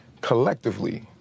collectively